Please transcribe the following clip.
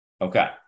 Okay